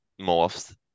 morphs